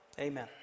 Amen